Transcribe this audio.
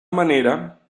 manera